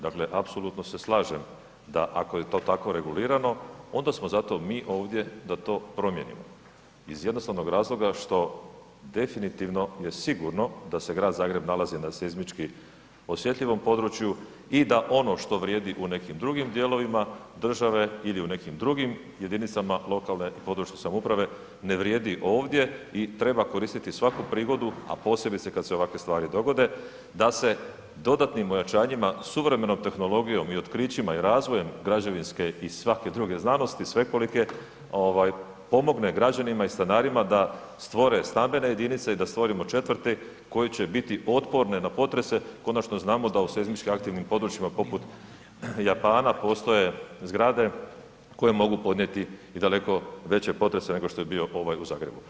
Dakle, apsolutno se slažem da ako je to tako regulirano onda smo zato mi ovdje da to promijenimo iz jednostavnog razloga što definitivno je sigurno da se Grad Zagreb nalazi na seizmički osjetljivom području i da ono što vrijedi u nekim drugim dijelovima države ili u nekim drugim jedinicama lokalne i područne samouprave ne vrijedi ovdje i treba koristiti svaku prigodu, a posebice kad se ovakve stvari dogode da se dodatnim ojačanjima, suvremenom tehnologijom i otkrićima i razvojem građevinske i svake druge znanosti svekolike ovaj pomogne građanima i stanarima da stvore stambene jedinice i da stvorimo četvrti koje će biti otporne na potrese, konačno znamo da u seizmički aktivnim područjima poput Japana postoje zgrade koje mogu podnijeti i daleko veće potrese nego što je bio ovaj u Zagrebu.